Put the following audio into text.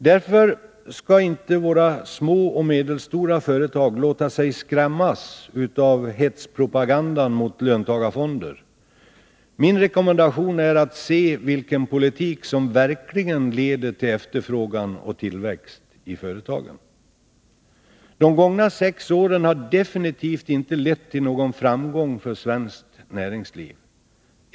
Därför skall våra små och medelstora företag inte låta sig skrämmas av hetspropagandan mot löntagarfonder. Min rekommendation är att man skall se vilken politik som verkligen leder till efterfrågan och tillväxt i företagen. De gångna sex åren har definitivt inte lett till någon framgång för svenskt näringsliv.